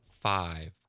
five